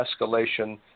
escalation